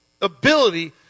ability